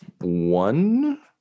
one